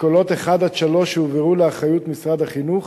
אשכולות 1 3 הועברו לאחריות משרד החינוך,